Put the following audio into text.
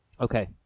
Okay